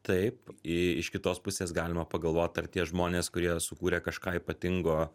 taip iš kitos pusės galima pagalvot ar tie žmonės kurie sukūrė kažką ypatingo